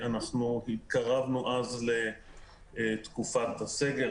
התקרבנו אז לתקופת הסגר.